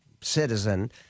citizen